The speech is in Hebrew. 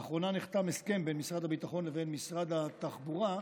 לאחרונה נחתם הסכם בין משרד הביטחון לבין משרד התחבורה,